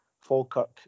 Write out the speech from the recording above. Falkirk